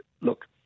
look